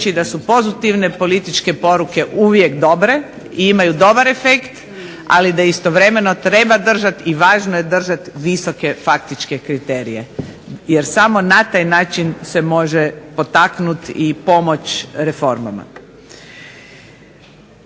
da su pozitivne političke poruke uvijek dobre i imaju dobar efekt, ali da istovremeno treba držati i važno je držati visoke faktičke kriterije jer samo na taj način se može potaknut i pomoć reformama.